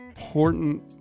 important